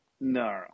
No